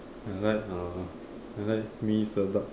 I like uh I like mee Sedap